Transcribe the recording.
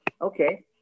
okay